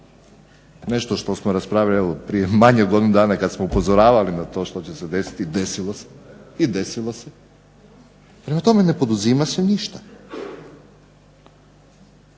nešto što smo raspravljali prije manje od godinu dana kada smo upozoravali na to što će se desiti i desilo se. Prema tome, ne poduzima se ništa.